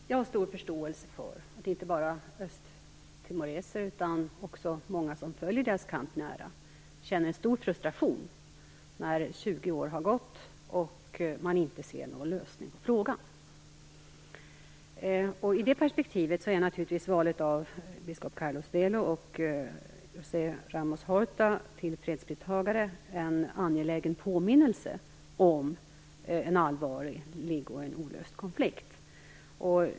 Fru talman! Jag har stor förståelse för att inte bara östtimoreser utan också många av dem som nära följer deras kamp känner stor frustration när 20 år har gått och man inte ser någon lösning på frågan. I det perspektivet är valet av biskop Carlos Belo och José Ramos Horta till fredspristagare naturligtvis en angelägen påminnelse om en allvarlig och olöst konflikt.